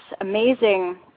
amazing